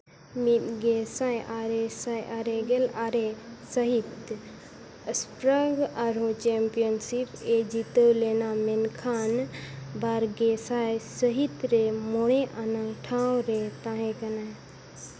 ᱢᱤᱫ ᱜᱮᱥᱟᱭ ᱟᱨᱮ ᱜᱮᱞ ᱟᱨᱮ ᱥᱟᱹᱦᱤᱛ ᱥᱯᱨᱟᱜᱽ ᱟᱨᱦᱚᱸ ᱪᱟᱢᱯᱤᱭᱟᱱᱥᱤᱯ ᱮ ᱡᱤᱛᱟᱹᱣ ᱞᱮᱱᱟ ᱢᱮᱱᱠᱷᱟᱱ ᱵᱟᱨ ᱜᱮᱥᱟᱭ ᱥᱟᱹᱦᱤᱛ ᱨᱮ ᱢᱚᱬᱮ ᱟᱱᱟᱜ ᱴᱷᱟᱶ ᱨᱮ ᱛᱟᱦᱮᱸ ᱠᱟᱱᱟᱭ